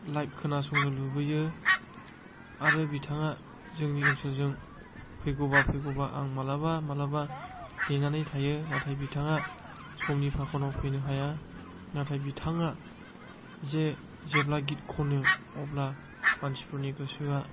live खोनासंनो लुबैयो आरो बिथाङा जोंनि ओनसोलजों फैगौबा फैगौबा आं मालाबा मालाबा नेनानै थायो नाथाय बिथाङा समनि फाखनाव फैनो हाया नाथाय बिथाङा जे जेब्ला गित खनो अब्ला मानसिफोरनि गोसोआ